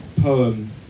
poem